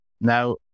Now